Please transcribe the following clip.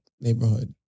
neighborhood